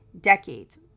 Decades